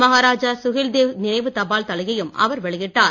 மஹராஜா சுஹேல்தேவ் நினைவு தபால் தலையையும் அவர் வெளியிட்டார்